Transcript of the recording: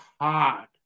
hard